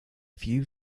few